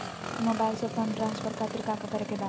Mobile से fund transfer खातिर काका करे के बा?